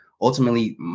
ultimately